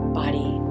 body